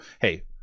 hey